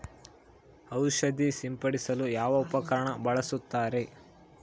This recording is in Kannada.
ಔಷಧಿ ಸಿಂಪಡಿಸಲು ಯಾವ ಉಪಕರಣ ಬಳಸುತ್ತಾರೆ?